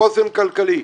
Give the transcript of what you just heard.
לחוסן כלכלי.